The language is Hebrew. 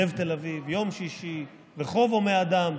לב תל אביב, יום שישי, ברחוב הומה אדם,